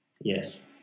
yes